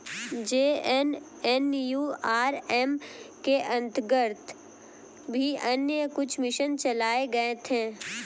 JNNURM के अंतर्गत भी अन्य कुछ मिशन चलाए गए थे